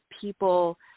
people